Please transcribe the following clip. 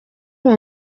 uwo